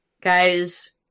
guys